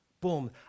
Boom